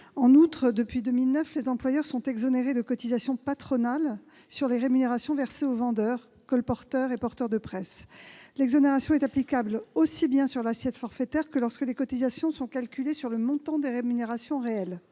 En outre, depuis 2009, les employeurs sont exonérés de cotisations patronales sur les rémunérations versées aux vendeurs, colporteurs et porteurs de presse. L'exonération est applicable aussi bien sur l'assiette forfaitaire que lorsque les cotisations sont calculées sur le montant des rémunérations réelles.